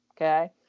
okay